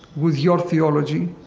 with your theology.